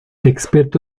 experto